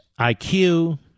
IQ